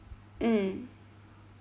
mm